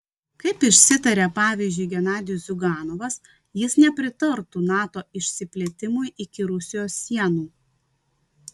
kaip išsitarė pavyzdžiui genadijus ziuganovas jis nepritartų nato išsiplėtimui iki rusijos sienų